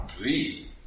Oui